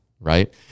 right